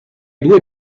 due